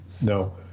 no